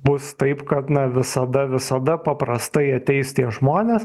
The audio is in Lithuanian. bus taip kad na visada visada paprastai ateis tie žmonės